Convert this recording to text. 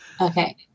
Okay